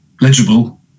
legible